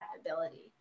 ability